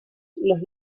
los